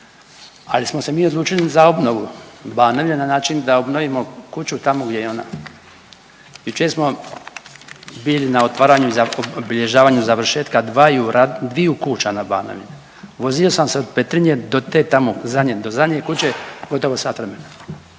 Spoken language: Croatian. ali smo se mi odlučili za obnovu Banovine na način da obnovimo kuću tamo gdje je ona. Jučer smo bili na otvaranju i obilježavanju završetka dvaju .../nerazumljivo/... dviju kuća na Banovini. Vozio sam se od Petrinje do te tamo, do zadnje kuće gotovo sat vremena.